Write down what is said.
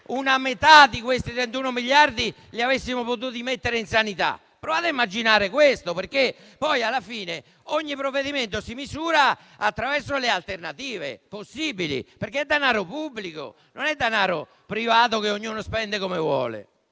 una metà di questi 31 miliardi li avessimo potuti mettere sulla sanità. Provate a immaginare questo, perché alla fine ogni provvedimento si misura attraverso le alternative possibili, perché è danaro pubblico, non denaro privato che ognuno spende come vuole.